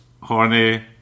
horny